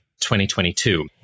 2022